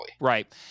Right